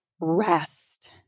rest